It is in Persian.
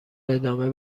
ادامه